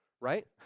right